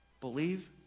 Believe